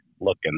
looking